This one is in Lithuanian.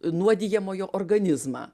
nuodijamojo organizmą